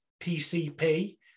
PCP